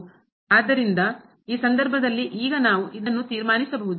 ಆದ್ದರಿಂದ ಈ ಸಂದರ್ಭದಲ್ಲಿ ಈಗ ನಾವು ಇದನ್ನು ತೀರ್ಮಾನಿಸಬಹುದು